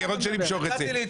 כיוון שאני הגשתי את